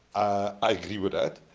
i agree with that,